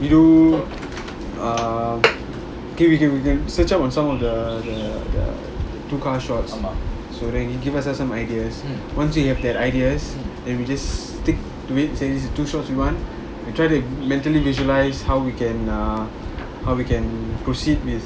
you err okay we can we can search up on some of the the the shots so then can give us some ideas once we have that ideas then we just stick to it say this is the two shots that we want we try to mentally visualise how we can err how we can proceed with